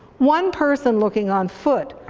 one person looking on foot,